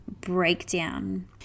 breakdown